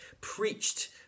preached